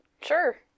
Sure